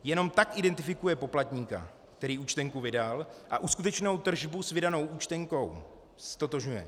Jenom tak identifikuje poplatníka, který účtenku vydal, a uskutečněnou tržbu s vydanou účtenkou ztotožňuje.